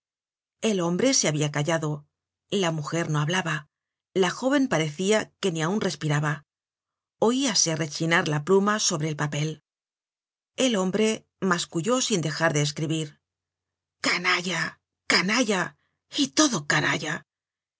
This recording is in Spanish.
el hombre se habia callado la mujer no hablaba la jóven parecia que ni aun respiraba oíase rechinarla pluma sobre el papel el hombre masculló sin dejar de escribir canalla canalla y todo canalla